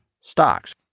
stocks